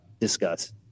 discuss